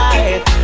Life